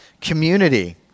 Community